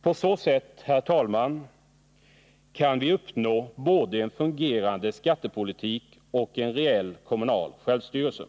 På så sätt, herr talman, kan vi uppnå både en fungerande skattepolitik och en reell kommunal självstyrel 8e.